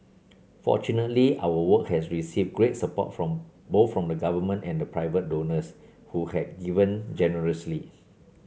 fortunately our work has received great support from both from the Government and the private donors who had given generously